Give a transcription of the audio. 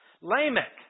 Lamech